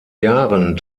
jahren